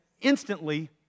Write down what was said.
instantly